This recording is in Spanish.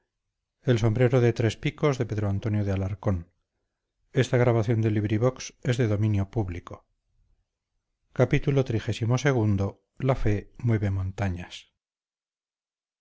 el sombrero de tres picos la